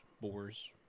boars